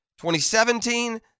2017